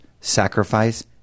sacrifice